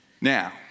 Now